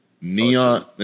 neon